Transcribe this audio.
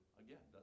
again